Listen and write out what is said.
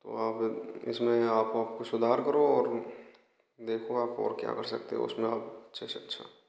तो आप इसमें आप कुछ सुधार करो और देखो आप और क्या कर सकते हो उसमें आप अच्छे से अच्छा